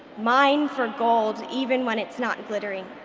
mine for gold even when it's not glittering.